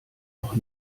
noch